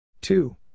two